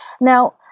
Now